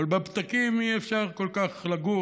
אבל בפתקים אי-אפשר כל כך לגור,